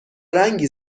رنگی